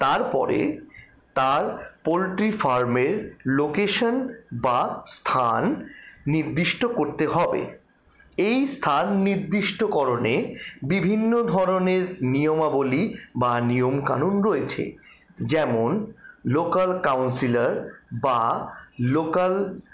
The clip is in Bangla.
তারপরে তার পোলট্রি ফার্মের লোকেশান বা স্থান নির্দিষ্ট করতে হবে এই স্থান নির্দিষ্টকরণে বিভিন্ন ধরনের নিয়মাবলী বা নিয়মকানুন রয়েছে যেমন লোকাল কাউন্সিলার বা লোকাল